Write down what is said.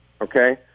okay